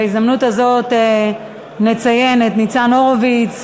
בהזדמנות הזאת נציין את ניצן הורוביץ,